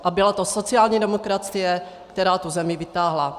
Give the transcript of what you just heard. A byla to sociální demokracie, která tu zemi vytáhla.